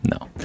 No